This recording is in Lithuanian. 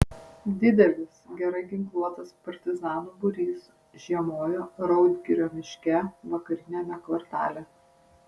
didelis gerai ginkluotas partizanų būrys žiemojo raudgirio miške vakariniame kvartale